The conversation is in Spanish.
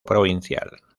provincial